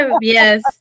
yes